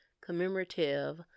commemorative